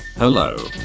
Hello